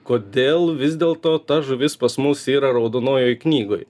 kodėl vis dėlto ta žuvis pas mus yra raudonojoj knygoj